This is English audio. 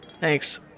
Thanks